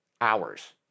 hours